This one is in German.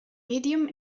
medium